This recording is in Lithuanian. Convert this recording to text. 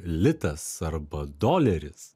litas arba doleris